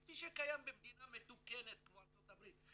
כפי שקיים במדינה מתוקנת כמו ארצות הברית.